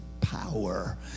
power